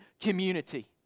community